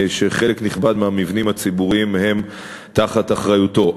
שחלק נכבד מהמבנים הציבוריים הם תחת אחריותו.